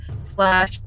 slash